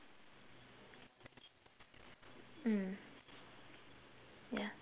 mm yeah